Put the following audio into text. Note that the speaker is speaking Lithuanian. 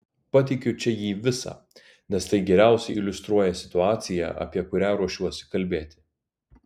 pateikiu čia jį visą nes tai geriausiai iliustruoja situaciją apie kurią ruošiuosi kalbėti